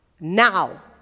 now